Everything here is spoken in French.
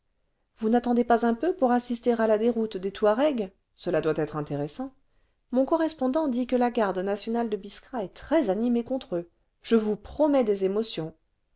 vous n'attendez pas un peu pour assister à la déroute des ije vingtième siècle touaregs cela doit être intéressant mon correspondant dit que la garde nationale de biskra est très animée contre eux je vous promets des émotions